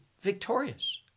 victorious